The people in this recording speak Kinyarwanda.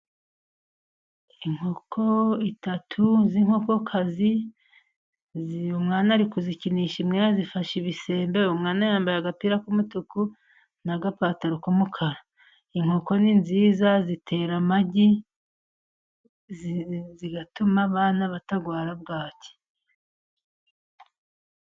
Inkoko eshatu z'inkokokazi ,umwana ari kuzikinisha, imwe yayifashe igisembe ,umwana yambaye agapira k'umutuku n'agapataro k'umukara. Inkoko ni nziza, zitera amagi zigatuma bana batarwara bwaki.